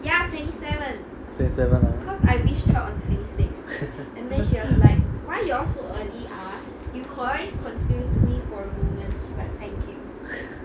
twenty seven ah